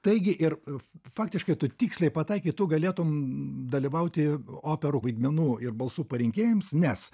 taigi ir faktiškai tu tiksliai pataikei tu galėtum dalyvauti operų vaidmenų ir balsų parenkėjams nes